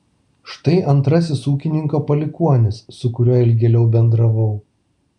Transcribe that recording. štai antrasis ūkininko palikuonis su kuriuo ilgėliau bendravau